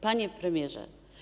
Panie Premierze!